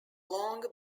long